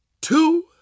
two